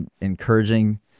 encouraging